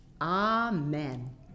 Amen